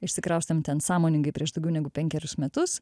išsikraustėm ten sąmoningai prieš daugiau negu penkerius metus